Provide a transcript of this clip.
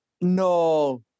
No